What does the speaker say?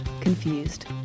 Confused